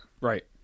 right